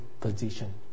position